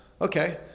okay